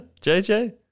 JJ